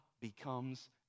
becomes